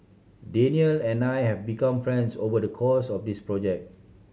Danial and I have become friends over the course of this project